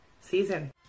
season